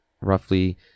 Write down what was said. roughly